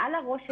מעל הראש שלהם,